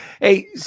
Hey